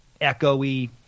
echoey